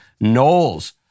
Knowles